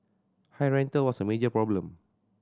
high rental was a major problem